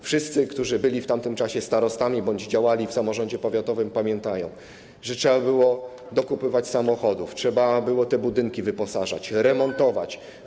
Wszyscy, którzy byli w tamtym czasie starostami bądź działali w samorządzie powiatowym, pamiętają, że trzeba było dokupywać samochodów, trzeba było te budynki wyposażać, remontować.